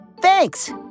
Thanks